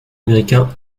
américain